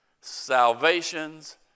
salvation's